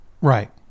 Right